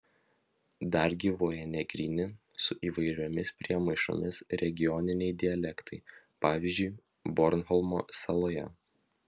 dar gyvuoja negryni su įvairiomis priemaišomis regioniniai dialektai pavyzdžiui bornholmo saloje